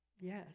Yes